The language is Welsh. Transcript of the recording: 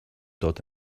dod